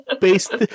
based